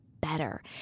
better